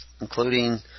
including